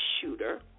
shooter